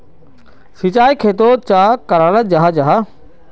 सिंचाई खेतोक चाँ कराल जाहा जाहा?